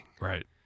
Right